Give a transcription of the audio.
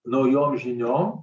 naujom žiniom